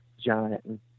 giant